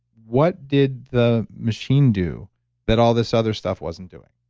what did the machine do that all this other stuff wasn't doing?